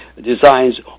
designs